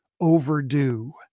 overdue